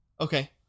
Okay